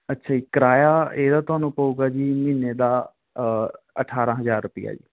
ਅੱਛਾ ਜੀ ਕਿਰਾਇਆ ਇਹਦਾ ਤੁਹਾਨੂੰ ਪਾਊਗਾ ਜੀ ਮਹੀਨੇ ਦਾ ਅਠਾਰਾਂ ਹਜ਼ਾਰ ਰੁਪਿਆ ਜੀ